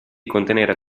contenere